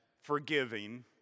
forgiving